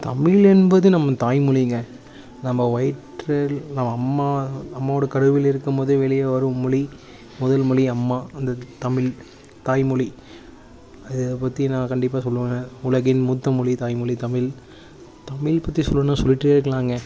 தமிழ் என்பது நம்ம தாய்மொழிங்கள் நம்ம வயிற்றில் நம்ம அம்மா அம்மாவோடய கருவில் இருக்குபோதே வெளிய வரும் மொழி முதல் மொழி அம்மா வந்துட்டு தமிழ் தாய்மொழி அதைப் பற்றி நான் கண்டிப்பா சொல்லுவேங்க உலகின் மூத்தமொழி தாய்மொழி தமிழ் தமிழ் பற்றி சொல்லலுனா சொல்லிகிட்டே இருக்கலாங்க